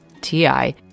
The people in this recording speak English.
T-I